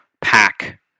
pack